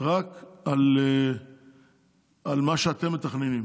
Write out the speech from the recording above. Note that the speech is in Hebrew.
רק על מה שאתם מתכננים.